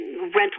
rental